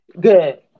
Good